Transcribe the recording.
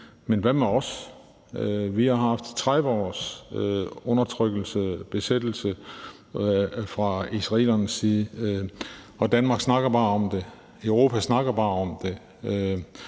men hvad med os? Vi har haft 30 års undertrykkelse, besættelse fra israelernes side, og Danmark snakker bare om det, Europa snakker bare om det